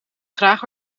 graag